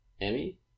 Emmy